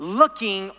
looking